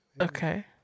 Okay